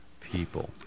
people